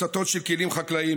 הצתות של כלים חקלאיים,